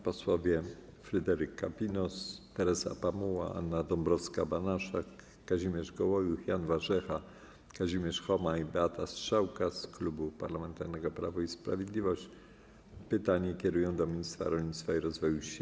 Posłowie Fryderyk Kapinos, Teresa Pamuła, Anna Dąbrowska-Banaszek, Kazimierz Gołojuch, Jan Warzecha, Kazimierz Choma i Beata Strzałka z Klubu Parlamentarnego Prawo i Sprawiedliwość pytanie kierują do ministra rolnictwa i rozwoju wsi.